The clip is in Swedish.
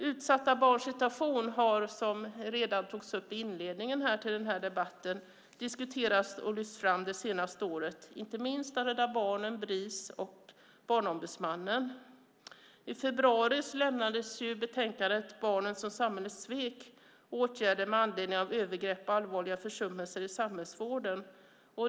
Utsatta barns situation, som togs upp redan i inledningen av denna debatt, har diskuterats och lyfts fram det senaste året, inte minst av Rädda Barnen, Bris och Barnombudsmannen. I februari lämnades betänkandet Barnen som samhället svek - åtgärder med anledning av övergrepp och allvarliga försummelser i samhällsvården .